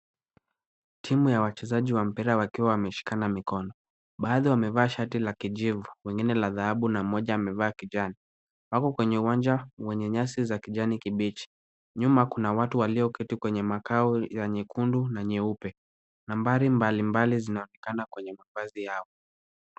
Timu ya wachezaji wa mpira wakiwa wameshikana mikono, baadhi wamevaa shati la kijivu, wengine la dhahabu na mmoja amevaa la kijani, wako kwenye uwanja wenye nyasi za kijani kibichi, nyuma kuna watu walioketi kwenye makao ya nyekundu na nyeupe, nambari mbalimbali zinaonekana kwenye mavazi yao.